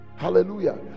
Hallelujah